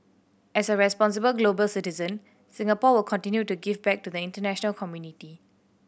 as a responsible global citizen Singapore will continue to give back to the international community